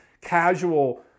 casual